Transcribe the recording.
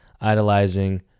idolizing